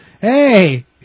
Hey